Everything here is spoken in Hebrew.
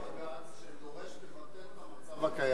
יש בג"ץ שדורש לבטל את המצב הקיים.